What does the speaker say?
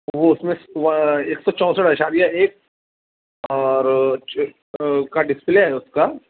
وہ اس میں وہ ایک سو چونسٹھ اعشاریہ ایک اور کا ڈسپلے ہے اس کا